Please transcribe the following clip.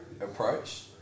approach